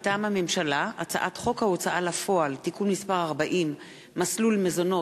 מטעם הממשלה: הצעת חוק ההוצאה לפועל (תיקון מס' 40) (מסלול מזונות),